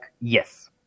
yes